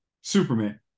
Superman